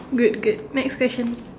good good next question